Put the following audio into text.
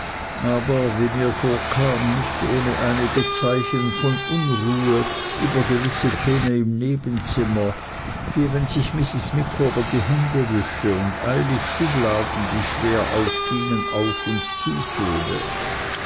aber wie mir vorkam nicht ohne einige zeichen von unruhe über gewisse töne im nebenzimmer wie wenn sich mrs micawber die hände wüsche und eilig schubladen die schwer aufgingen auf und